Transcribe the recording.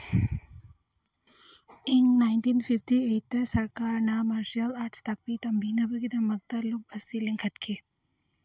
ꯏꯪ nineteen fifty ꯑꯩꯠꯇ ꯁꯔꯀꯥꯔꯅ ꯃꯥꯔꯁꯤꯌꯦꯜ ꯑꯥꯔꯠꯁ ꯇꯥꯛꯄꯤ ꯇꯝꯕꯤꯅꯕꯒꯤꯗꯃꯛꯇ ꯂꯨꯞ ꯑꯁꯤ ꯂꯤꯡꯈꯠꯈꯤ